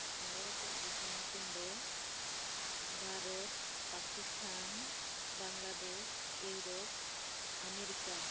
ᱢᱚᱲᱮ ᱜᱚᱴᱮᱡ ᱫᱤᱥᱟᱹᱢ ᱧᱩᱛᱩᱢ ᱫᱚ ᱵᱷᱟᱨᱚᱛ ᱯᱟᱠᱤᱥᱛᱷᱟᱱ ᱵᱟᱝᱞᱟᱫᱮᱥ ᱤᱭᱩᱨᱳᱯ ᱟᱢᱮᱨᱤᱠᱟ